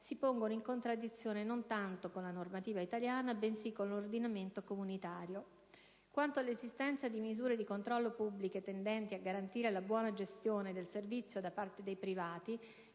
si pongono in contraddizione non tanto con la normativa italiana, bensì con l'ordinamento comunitario. Quanto all'esistenza di misure di controllo pubbliche tendenti a garantire la buona gestione del servizio da parte dei privati,